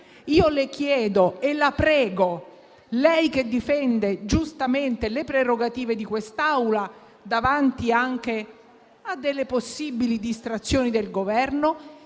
Io le chiedo, e la prego, lei che difende giustamente le prerogative di quest'Aula davanti anche delle possibili distrazioni del Governo,